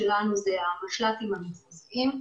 שאלה המשל"טים הביצועיים,